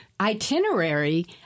itinerary